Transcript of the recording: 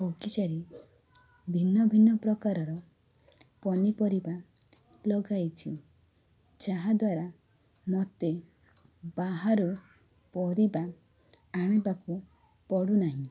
ବଗିଚାରେ ଭିନ୍ନ ଭିନ୍ନ ପ୍ରକାରର ପନିପରିବା ଲଗାଇଛି ଯାହାଦ୍ୱାରା ମୋତେ ବାହାରୁ ପରିବା ଆଣିବାକୁ ପଡ଼ୁନାହିଁ